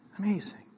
amazing